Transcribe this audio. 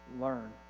learn